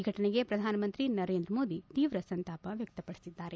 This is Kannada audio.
ಘಟನೆಯ ಬಗ್ಗೆ ಪ್ರಧಾನಮಂತ್ರಿ ನರೇಂದ್ರ ಮೋದಿ ತೀವ್ರ ಸಂತಾಪ ವ್ಯಕ್ತಪಡಿಸಿದ್ದಾರೆ